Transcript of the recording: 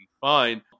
fine